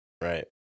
Right